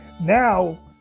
Now